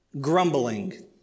grumbling